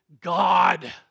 God